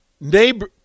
neighbor